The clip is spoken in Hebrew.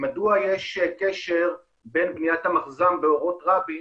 מדוע יש קשר בין בניית המחז"מ באורות רבין